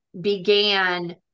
began